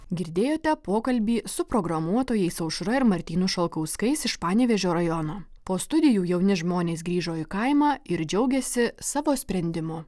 girdėjote pokalbį su programuotojais aušra ir martynu šalkauskais iš panevėžio rajono po studijų jauni žmonės grįžo į kaimą ir džiaugiasi savo sprendimu